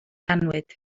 annwyd